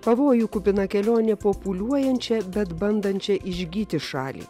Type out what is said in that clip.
pavojų kupina kelionė po pūliuojančią bet bandančią išgyti šalį